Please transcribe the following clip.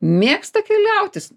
mėgsta keliaut jis